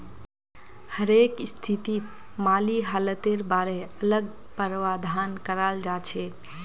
हरेक स्थितित माली हालतेर बारे अलग प्रावधान कराल जाछेक